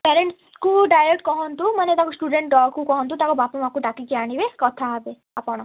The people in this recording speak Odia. ପ୍ୟାରେଣ୍ଟସ୍ଙ୍କୁ ଡାଇରେକ୍ଟ କହନ୍ତୁ ମାନେ ତାଙ୍କ ଷ୍ଟୁଡ଼େଣ୍ଟକୁ କହନ୍ତୁ ତାଙ୍କ ବାପା ମାଙ୍କୁ ଡାକିକି ଆଣିବେ କଥା ହେବେ ଆପଣ